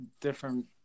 different